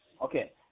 Okay